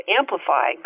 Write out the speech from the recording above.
amplify